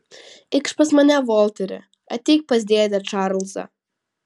eikš pas mane volteri ateik pas dėdę čarlzą